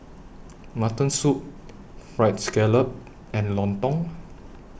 Mutton Soup Fried Scallop and Lontong